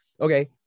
okay